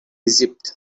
egypt